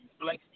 flex